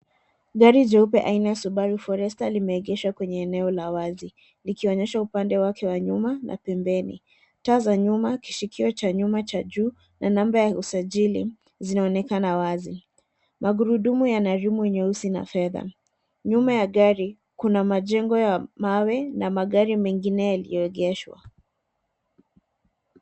Gari jeupe aina ya Subaru Forester limeegeshwa kwenye eneo la wazi likionyesha upande wake wa nyuma na pembeni. Taa za nyuma, kishikio cha nyuma cha juu na namba ya usajili zinaonekana wazi. Magurudumu yana rimu nyeusi na fedha. Nyuma ya gari, kuna majengo ya mawe na magari mengine yaliyoegeshwa.